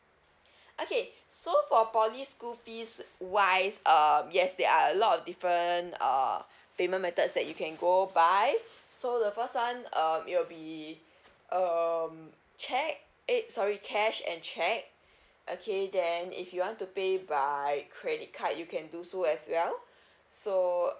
okay so for P_O_L_Y school fees wise um yes there are a lot of different uh payment methods that you can go by so the first one um it'll be um cheque eh sorry cash and cheque okay then if you want to pay by credit card you can do so as well so